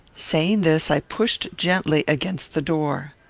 saying this, i pushed gently against the door.